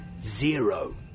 Zero